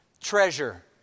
Treasure